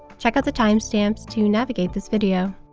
check out the timestamps to navigate this video.